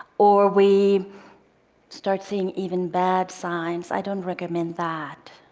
or we start seeing even bad signs i don't recommend that.